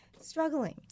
struggling